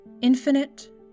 infinite